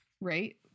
Right